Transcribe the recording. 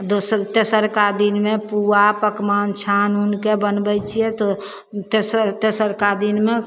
दोसर तेसरका दिनमे पुआ पकमान छानि उनिके बनबै छिए तऽ तेसर तेसरका दिनमे